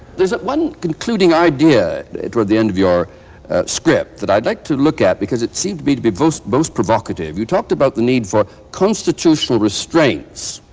there's one concluding idea toward the end of your script that i'd like to look at, because it seemed to me to be most most provocative. you talked about the need for constitutional restraints